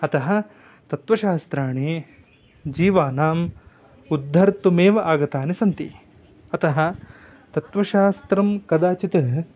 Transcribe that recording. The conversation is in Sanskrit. अतः तत्वशास्त्राणि जीवानाम् उद्धर्तुमेव आगतानि सन्ति अतः तत्वशास्त्रं कदाचित्